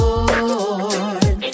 Lord